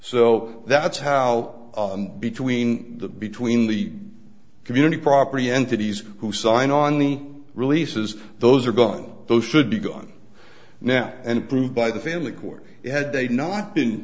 so that's how between the between the community property entities who signed on the releases those are gone those should be gone now and approved by the family court had they not been